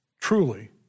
truly